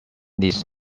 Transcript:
needs